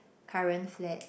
current flat